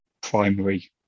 primary